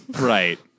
Right